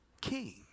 king